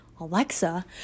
Alexa